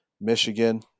Michigan